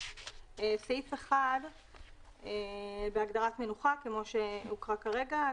סעיף 1 בהגדרת "מנוחה", כמו שהוקרא כרגע.